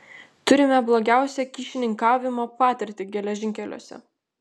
turime blogiausią kyšininkavimo patirtį geležinkeliuose